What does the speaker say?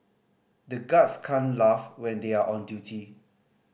the guards can't laugh when they are on duty